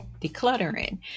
decluttering